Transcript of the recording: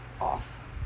off